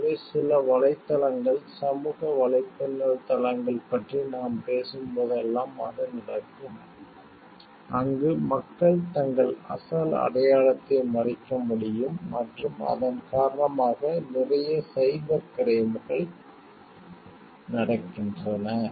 எனவே சில வலைத்தளங்கள் சமூக வலைப்பின்னல் தளங்கள் பற்றி நாம் பேசும் போதெல்லாம் அது நடக்கும் அங்கு மக்கள் தங்கள் அசல் அடையாளத்தை மறைக்க முடியும் மற்றும் அதன் காரணமாக நிறைய சைபர் கிரைம்கள் நடக்கின்றன